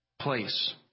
place